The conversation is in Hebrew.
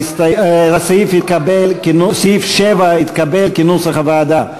סעיף 7 התקבל, כנוסח הוועדה.